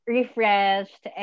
refreshed